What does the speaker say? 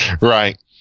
Right